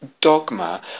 dogma